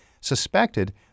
suspected